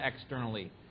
externally